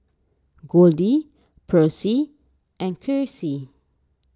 Goldie Percy and Krissy